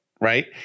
Right